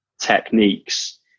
techniques